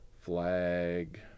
Flag